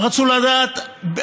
הם רצו לדעת על